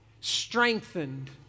strengthened